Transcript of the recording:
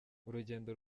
urugendo